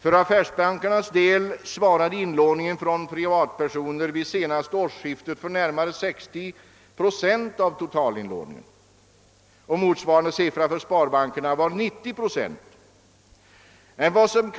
För affärsbankernas del svarade inlåningen från privatpersoner vid senaste årsskiftet för närmare 60 procent av den totala inlåningen. För sparbankerna var motsvarande siffra 90 procent.